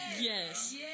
Yes